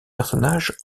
personnage